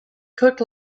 cooked